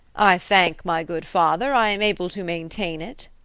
i thank my good father, i am able to maintain it.